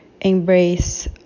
embrace